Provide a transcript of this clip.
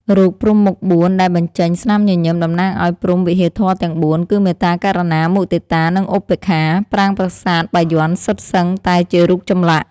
រូបព្រហ្មមុខបួនដែល បញ្ចេញ ស្នាមញញឹម តំណាងអោយព្រហ្មវិហារធម៌ទាំងបួន គឺមេត្តា ករុណា មុទិតា និងឧបេក្ខា ប្រាង្គប្រាសាទ បាយ័នសុទ្ធសឹងតែជារូបចម្លាក់។